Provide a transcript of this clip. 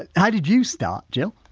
ah how did you start jill?